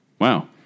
Wow